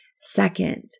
Second